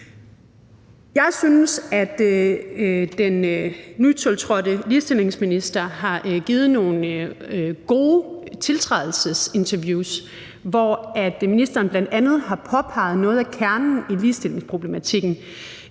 Jeg synes, at den nytiltrådte ligestillingsminister har givet nogle gode tiltrædelsesinterviews, hvor ministeren bl.a. har påpeget noget af kernen i ligestillingsproblematikken,